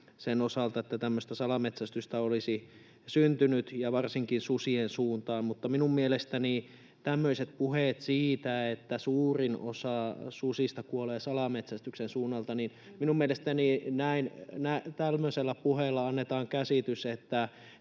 sen osalta, että tämmöistä salametsästystä olisi syntynyt ja varsinkin susien suuntaan. Mutta minun mielestäni tämmöisillä puheilla siitä, että suurin osa susista kuolee salametsästyksen suunnalta, annetaan käsitys,